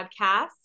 podcast